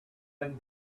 been